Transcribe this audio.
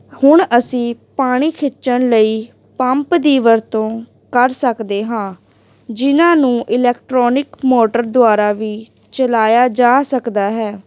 ਹੁਣ ਅਸੀਂ ਪਾਣੀ ਖਿੱਚਣ ਲਈ ਪੰਪ ਦੀ ਵਰਤੋਂ ਕਰ ਸਕਦੇ ਹਾਂ ਜਿਨ੍ਹਾਂ ਨੂੰ ਇਲੈਕਟ੍ਰੋਨਿਕ ਮੋਟਰ ਦੁਆਰਾ ਵੀ ਚਲਾਇਆ ਜਾ ਸਕਦਾ ਹੈ